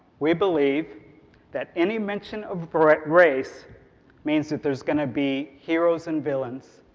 we believe that any mention of race means that there is going to be heroes and villains,